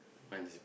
once